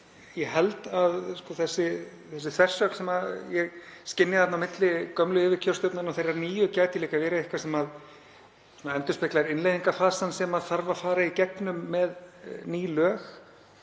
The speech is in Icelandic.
Ég held að þessi þversögn sem ég skynja þarna á milli gömlu yfirkjörstjórnarinnar og þeirrar nýju gæti líka verið eitthvað sem endurspeglar innleiðingarfasann sem þarf að fara í gegnum með ný lög.